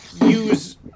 use